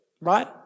Right